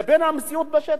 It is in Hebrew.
לבין המציאות בשטח,